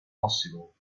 possible